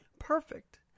perfect